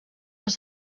los